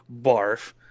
Barf